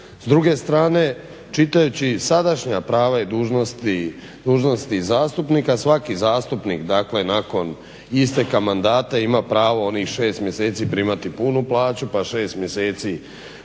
S druge strane čitajući sadašnja prava i dužnosti zastupnika svaki zastupnik dakle nakon isteka mandata ima pravo onih 6 mjeseci primati punu plaću pa 6 mjeseci